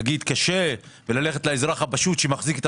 לומר שקשה וללכת לאזרח הפשוט שמחזיק את